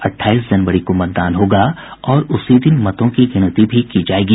अट्ठाईस जनवरी को मतदान होगा और उसी दिन मतों की गिनती भी की जायेगी